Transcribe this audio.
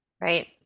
Right